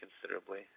considerably